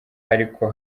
ariko